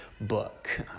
book